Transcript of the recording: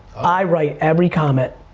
i write every comment.